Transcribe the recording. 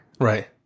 Right